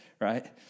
right